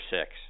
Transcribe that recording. six